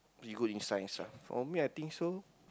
you good in science ah for me I think so